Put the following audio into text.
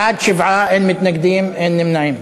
בעד, 7, אין מתנגדים, אין נמנעים.